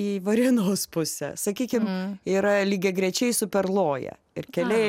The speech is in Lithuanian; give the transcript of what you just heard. į varėnos pusę sakykim yra lygiagrečiai su perloja ir keliai